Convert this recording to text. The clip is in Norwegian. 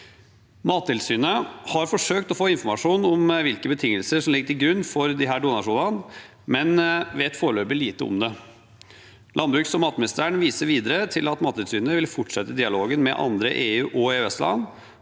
Mattilsynet har forsøkt å få informasjon om hvilke betingelser som ligger til grunn for disse donasjonene, men vi vet foreløpig lite om det. Landbruks- og matministeren viser videre til at Mattilsynet vil fortsette dialogen med andre EU- og EØS-land